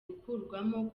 gukurwamo